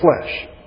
flesh